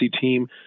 team